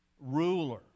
Ruler